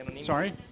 Sorry